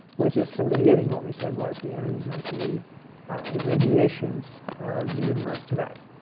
which is, from the beginning, what we said was the energy density in radiation of the universe today.